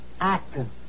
Acting